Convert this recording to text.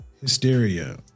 hysteria